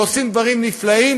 ועושים דברים נפלאים,